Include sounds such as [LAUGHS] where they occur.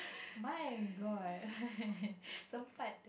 my-god [LAUGHS] some part